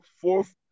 fourth